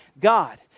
God